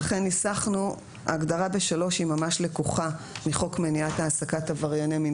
לכן ההגדרה ב-(3) ממש לקוחה מחוק מניעת ההסקת עברייני מין